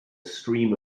stream